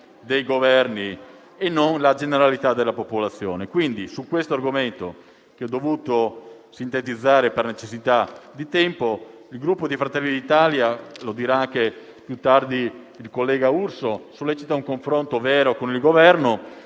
dei Governi e non la generalità della popolazione. Su questo argomento, che ho dovuto sintetizzare per necessità di tempo, il Gruppo Fratelli d'Italia - lo dirà più tardi il collega Urso - sollecita un confronto vero con il Governo